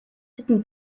hätten